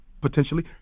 Potentially